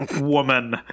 woman